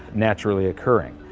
naturally-occurring.